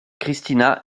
christina